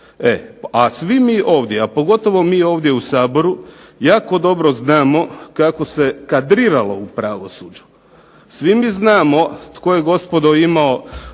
a svi mi ovdje, a pogotovo mi ovdje u Saboru jako dobro znamo kako se kadriralo u pravosuđu. Svi mi znamo tko je gospodo imao